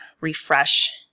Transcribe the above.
refresh